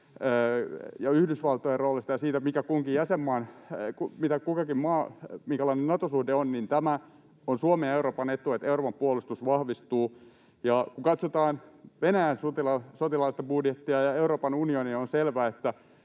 ja Yhdysvaltojen roolista ja siitä, minkälainen kunkin maan Nato-suhde on, on Suomen ja Euroopan etu, että Euroopan puolustus vahvistuu. Ja kun katsotaan Venäjän sotilaallista budjettia ja Euroopan unionia, on selvää,